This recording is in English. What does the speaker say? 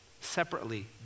separately